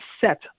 set